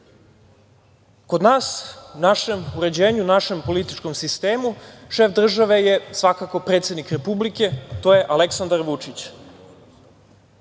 nas, u našem uređenju, u našem političkom sistemu šef države je svakako predsednik Republike, to je Aleksandar Vučić.